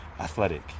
Athletic